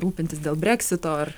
rūpintis dėl breksito ar